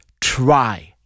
try